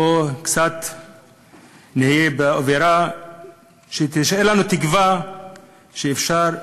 או כדי שנהיה באווירה שתשאיר לנו תקווה שאפשר,